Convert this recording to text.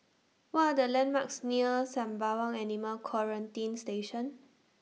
What Are The landmarks near Sembawang Animal Quarantine Station